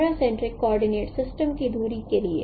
camera centric coordinate system की दूरी के लिए